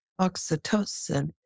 oxytocin